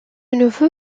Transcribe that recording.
nouveau